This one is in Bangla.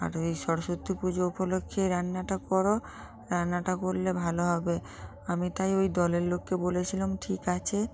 আর ওই সরস্বতী পুজো উপলক্ষে রান্নাটা কর রান্নাটা করলে ভালো হবে আমি তাই ওই দলের লোককে বলেছিলাম ঠিক আছে